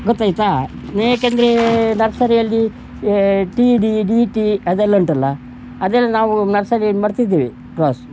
ಗೊತ್ತಾಯಿತಾ ಏಕೆಂದ್ರೆ ನರ್ಸರಿಯಲ್ಲಿ T D D T ಅದೆಲ್ಲ ಉಂಟಲ್ಲ ಅದೆಲ್ಲ ನಾವು ನರ್ಸರಿಯಲ್ಲಿ ಮಾಡ್ತಿದ್ವಿ ಕ್ರಾಸ್